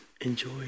enjoy